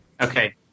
Okay